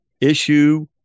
issue